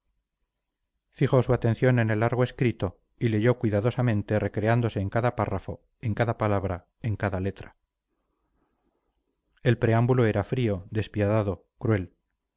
fijó su atención en el largo escrito y leyó cuidadosamente recreándose en cada párrafo en cada palabra en cada letra el preámbulo era frío despiadado cruel